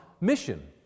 mission